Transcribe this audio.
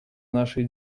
нашей